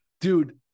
dude